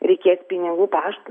reikės pinigų pašt